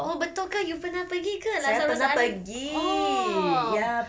oh betul ke you pernah pergi ke lazarus island oh